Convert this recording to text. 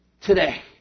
today